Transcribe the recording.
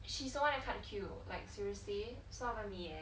she's the one that cut queue like seriously it's not even me eh